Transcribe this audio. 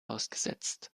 ausgesetzt